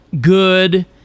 good